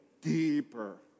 deeper